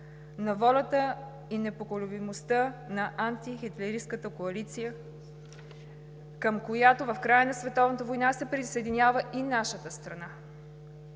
на волята и непоколебимостта на антихитлеристката коалиция, към която в края на Втората световна война се присъединява и нашата страна.